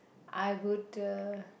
I would uh